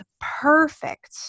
perfect